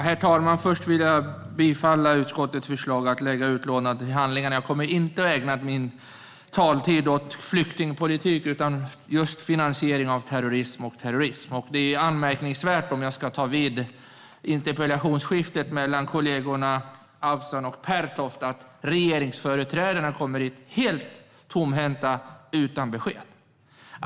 Herr talman! Jag yrkar bifall till utskottets förslag att lägga utlåtandet till handlingarna. Jag kommer inte att ägna min talartid åt flyktingpolitik utan åt finansiering av terrorism. Låt mig ta vid där replikskiftet mellan kollegorna Avsan och Pertoft slutade och konstatera att det är anmärkningsvärt att regeringsföreträdarna kommer hit helt tomhänta och utan besked.